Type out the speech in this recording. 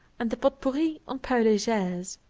and the potpourri on polish airs.